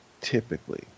Typically